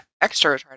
extra